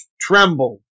tremble